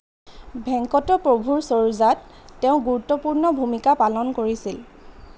ভেঙ্কট প্ৰভূৰ চৰোজাত তেওঁ গুৰুত্বপূৰ্ণ ভূমিকা পালন কৰিছিল